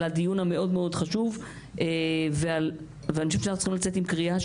על הדיון המאוד מאוד חשוב ואני חושבת שאנחנו צריכים לצאת עם קריאה,